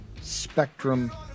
spectrum